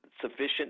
sufficient